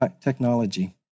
technology